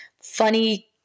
funny